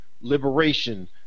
liberation